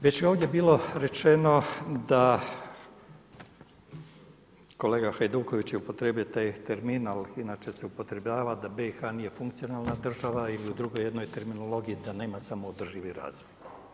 Već je ovdje bilo rečeno da, kolega Hajduković je upotrijebio taj termin ali inače se upotrebljava da BiH nije funkcionalna država ili u drugoj jednoj terminologiji da nema samoodrživi razvoj.